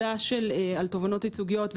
לגבי התובענות הייצוגיות,